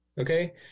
Okay